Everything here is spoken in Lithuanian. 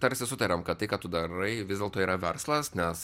tarsi sutarėm kad tai ką tu darai vis dėlto yra verslas nes